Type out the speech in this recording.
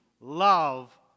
love